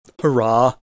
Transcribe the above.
hurrah